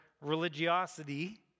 religiosity